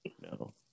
No